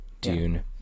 Dune